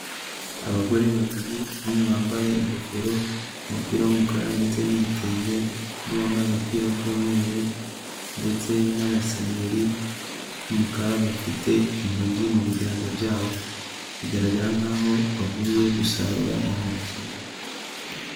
Abagore babiri, umwe wambaye ingofero n'umupira w'umukara ndetse n'igitenge, undi wambaye agapira k'umweru ndetse n'agasengeri k'umukara, bafite intoryi mu biganza byabo, bigaragara nkaho bavuye gusarura intoryi.